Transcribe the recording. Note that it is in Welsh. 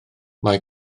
mae